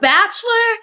Bachelor